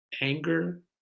Anger